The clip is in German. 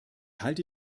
halte